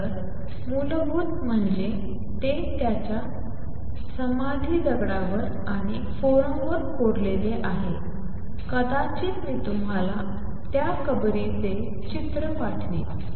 तर मूलभूत म्हणजे ते त्याच्या समाधी दगडावर आणि फोरमवर कोरलेले आहे कदाचित मी तुम्हाला त्या कबरीचे चित्र पाठवीन